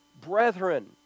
Brethren